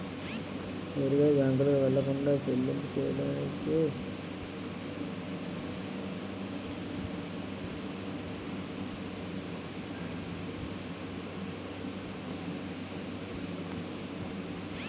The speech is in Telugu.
నేరుగా బ్యాంకుకు వెళ్లకుండా చెల్లింపు చెయ్యడానికి ఫోన్ పే ఉపయోగపడుతుంది